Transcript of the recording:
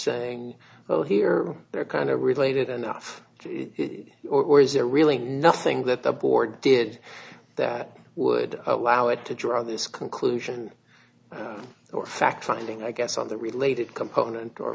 saying oh here they're kind of related enough or is there really nothing that the board did that would allow it to draw this conclusion or fact finding i guess on the related component or